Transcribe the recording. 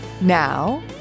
Now